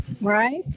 right